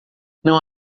não